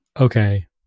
okay